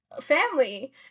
family